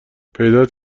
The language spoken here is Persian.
پیدات